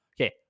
okay